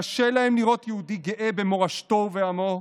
קשה להם לראות יהודי גאה במורשתו ובעמו,